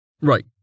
Right